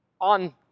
on